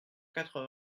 quatre